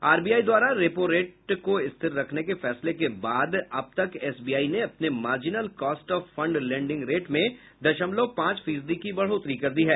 RBI द्वारा repo rate को स्थिर रखने के फैसले के बाद अब तक एसबीआई ने अपने marginal cost of fund lending rate में दशमलव पांच फीसदी की बढोतरी कर दी है